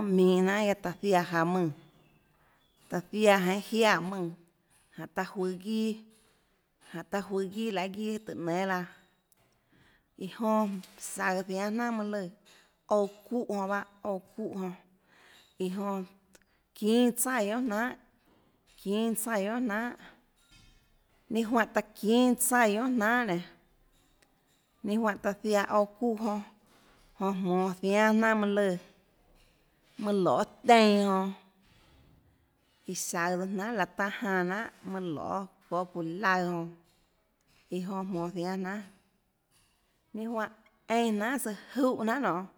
jnanhà guiaâ taã ziaã jaå mùnã taã ziaã jeinhâ jiaè mùnã jánhå taã juøå guiâ jánhå taã juøå guiâ lahê guiâ tùhå nénâ laã iã jonã saøå ziánâ jnanà mønâ lùã ouã çuúhã jonã bahâ ouã çuúhã jonã iå jonã çínâ tsaíã guionâ jnanhà çínâ tsaíã guionâ jnanhàninâ juáhã taã çínâ tsaíã guionâ jnanhàninâ juáhã taã ziaã ouã çuúhã jonã jmonå ziánâ jnanà mønâ lùã mønã loê teinã jonã iã saøå tsøã jnanà lahê tanâ janã jnanhà manã loê çóâ çuuã laøã jonã iã jonã jmonå ziánâ jnanhàninâ juáhã einã jnanà søã júhã jnanà nonê